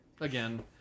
Again